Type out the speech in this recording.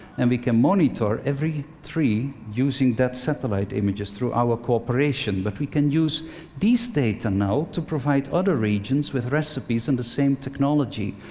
and we can monitor every tree using satellite images through our cooperation. but we can use these data now to provide other regions with recipes and the same technology.